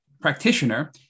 practitioner